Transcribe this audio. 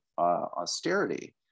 austerity